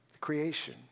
creation